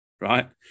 Right